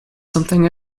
something